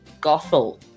Gothel